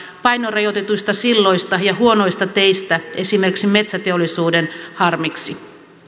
painorajoitetuista silloista ja huonoista teistä esimerkiksi metsäteollisuuden harmiksi